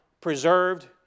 preserved